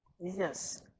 Yes